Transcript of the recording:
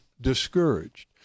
discouraged